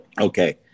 Okay